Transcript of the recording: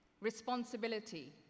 responsibility